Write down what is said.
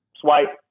swipe